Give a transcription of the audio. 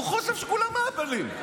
הוא חושב שכולם אהבלים,